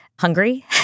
hungry